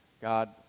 God